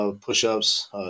push-ups